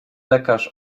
lekarz